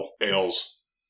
ales